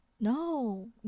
No